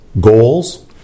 goals